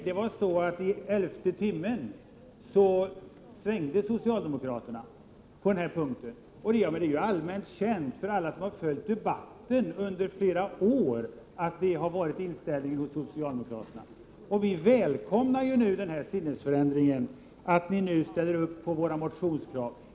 Det var ju så att socialdemokraterna svängde på den här punkten i elfte timmen. Det är allmänt känt av alla som följt debatten under några år att det varit inställningen hos socialdemokraterna. Vi välkomnar er sinnesändring, det förhållandet att ni ställer upp på våra motionskrav.